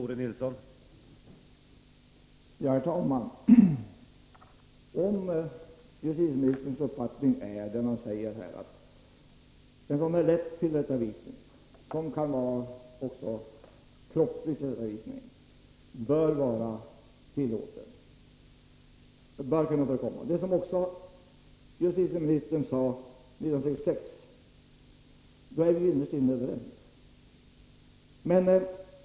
Herr talman! Om justitieministerns uppfattning är den han framför här, att viss tillrättavisning — som också kan vara kroppslig — bör kunna förekomma, så är vi innerst inne överens. Detta stämmer också med vad den dåvarande justitieministern sade 1966.